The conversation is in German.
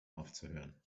aufzuhören